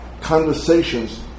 conversations